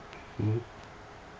mmhmm